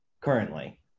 currently